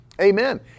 Amen